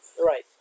Right